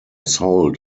sold